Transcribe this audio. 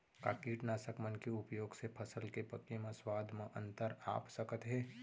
का कीटनाशक मन के उपयोग से फसल के पके म स्वाद म अंतर आप सकत हे?